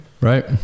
Right